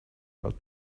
route